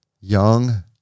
young